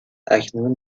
اکنون